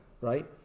right